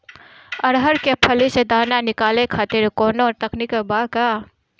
अरहर के फली से दाना निकाले खातिर कवन तकनीक बा का?